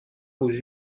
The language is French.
aux